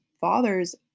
fathers